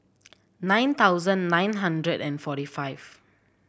nine thousand nine hundred and forty five